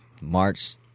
March